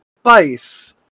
spice